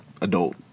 adult